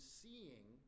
seeing